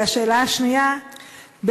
2. אם לא,